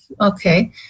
okay